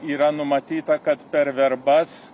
yra numatyta kad per verbas